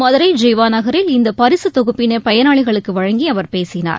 மதுரை ஜீவா நகரில் இந்த பரிசுத் தொகுப்பினை பயனாளிகளுக்கு வழங்கி அவர் பேசினார்